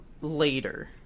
later